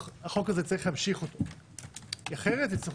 צריך להמשיך את החוק הזה כי אחרת יצטרכו